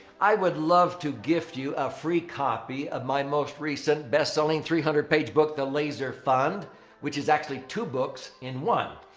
i would love to gift you a free copy of my and most recent best-selling three hundred page book the laser fund which is actually two books in one.